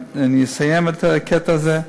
אני אסיים את הקטע הזה: